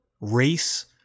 race